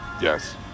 Yes